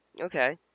Okay